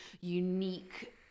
unique